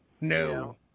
no